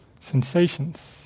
sensations